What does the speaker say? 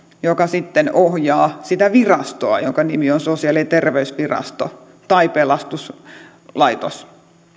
joka sitten ohjaa sitä virastoa jonka nimi on sosiaali ja terveysvirasto tai pelastuslaitos